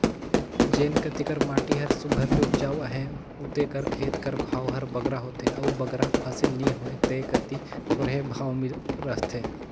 जेन कती कर माटी हर सुग्घर ले उपजउ अहे उते कर खेत कर भाव हर बगरा होथे अउ बगरा फसिल नी होए ते कती थोरहें भाव रहथे